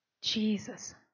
Jesus